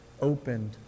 opened